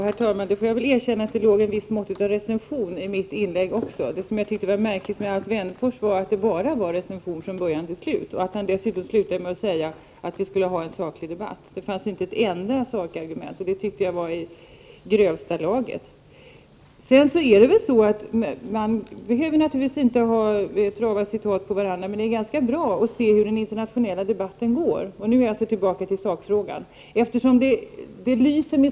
Herr talman! Jag får väl erkänna att det låg ett visst mått av recension i mitt inlägg också. Det som jag tyckte var märkligt med Alf Wennerfors inlägg var att det bara var recension från början till slut — och att han dessutom slutade med att säga att vi skulle ha en saklig debatt. Det fanns inte ett enda sakargument i hans anförande, och det tyckte jag var i grövsta laget. Man behöver naturligtvis inte trava citat på varandra, men det är ganska bra att se hur den internationella debatten går. Nu kommer jag alltså tillbaka till sakfrågan.